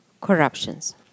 corruptions